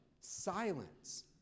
Silence